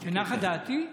נחה דעתי?